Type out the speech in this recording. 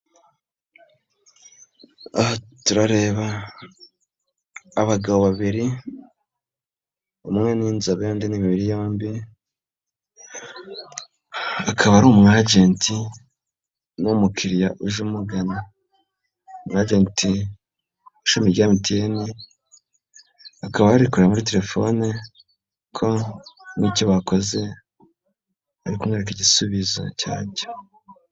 Aha turareba abagabo babiri umwe ni inzobe undi ni imibiri yombi, akaba ari umwajenti n'umukiriya uje umugana, umwajenti w'ishami rya MTN akaba ari kureba muri telefone ko n'icyo bakoze, ari kumwereka igisubizo cyacyo.